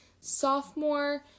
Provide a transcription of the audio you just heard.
sophomore